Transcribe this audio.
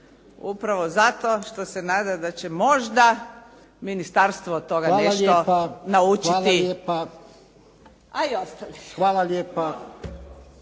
upravo zato što se nada da će možda ministarstvo od toga nešto naučiti a i ostali. **Jarnjak,